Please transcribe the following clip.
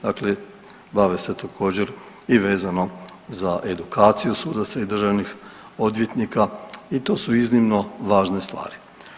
Dakle, bave se također i vezano za edukaciju sudaca i državnih odvjetnika i to su iznimno važne stvari.